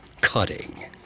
cutting